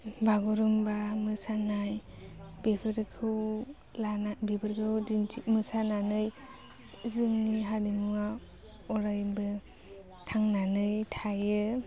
बागुरुम्बा मोसानाय बेफोरखौ लाना बेफोरखौ दिन्थि मोसानानै जोंनि हारिमुवा अरायबो थांनानै थायो